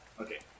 Okay